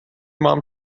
mom